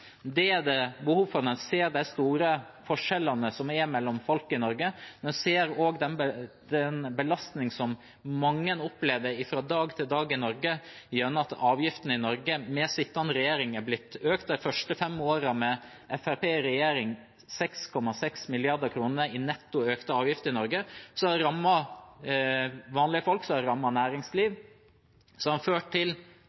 Det er det behov for når en ser de store forskjellene som er mellom folk i Norge. En ser også den belastningen mange opplever fra dag til dag gjennom at avgiftene med sittende regjering er blitt økt – de første fem årene med Fremskrittspartiet i regjering: 6,6 mrd. kr i netto økte avgifter i Norge – noe som har rammet vanlige folk, som har